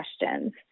questions